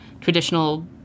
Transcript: traditional